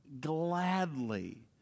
gladly